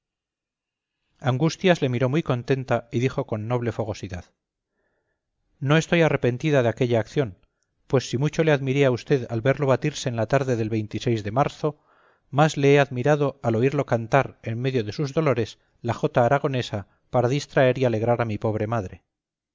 angustias le miró muy contenta y dijo con noble fogosidad no estoy arrepentida de aquella acción pues si mucho le admiré a usted al verlo batirse la tarde del de marzo más le he admirado al oírlo cantar en medio de sus dolores la jota aragonesa para distraer y alegrar a mi pobre madre